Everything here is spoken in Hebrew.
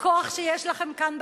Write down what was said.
בכוח שיש לכם כאן,